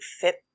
fit